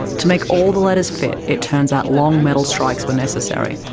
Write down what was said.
to make all the letters fit, it turned out long metal strikes were necessary.